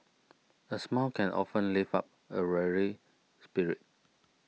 a smile can often lift up a weary spirit